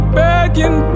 begging